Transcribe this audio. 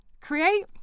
Create